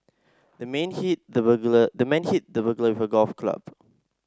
the man hit the burglar the man hit the burglar with a golf club